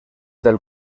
del